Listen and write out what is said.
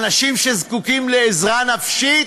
אנשים שזקוקים לעזרה נפשית,